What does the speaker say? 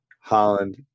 Holland